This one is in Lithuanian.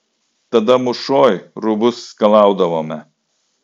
tada mūšoj rūbus skalaudavome